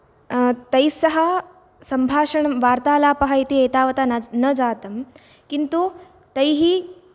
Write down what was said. तैस्सह सम्भाषणं वार्तालापः इति एतावता न जातं किन्तु तैः